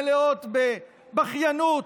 מלאות בבכיינות.